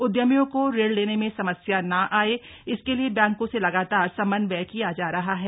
उद्यमियों को ऋण लेने में समस्या न आए इसके लिए बैंकों से लगातार समन्वय किया जा रहा है